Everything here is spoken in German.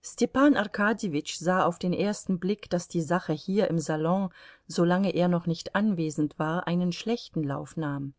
stepan arkadjewitsch sah auf den ersten blick daß die sache hier im salon solange er noch nicht anwesend war einen schlechten lauf nahm